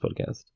podcast